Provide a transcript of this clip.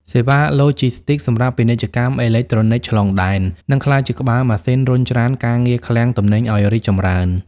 សេវាឡូជីស្ទីកសម្រាប់ពាណិជ្ជកម្មអេឡិចត្រូនិកឆ្លងដែន នឹងក្លាយជាក្បាលម៉ាស៊ីនរុញច្រានការងារឃ្លាំងទំនិញឱ្យរីកចម្រើន។